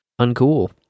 uncool